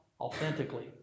authentically